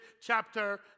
chapter